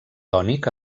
tònic